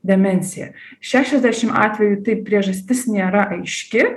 demenciją šešiasdešim atvejų tai priežastis nėra aiški